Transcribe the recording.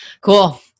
Cool